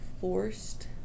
forced